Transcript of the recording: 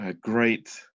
great